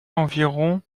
environ